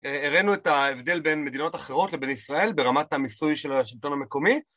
הראנו את ההבדל בין מדינות אחרות לבין ישראל ברמת המיסוי של השלטון המקומי